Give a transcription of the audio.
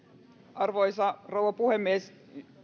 arvoisa rouva puhemies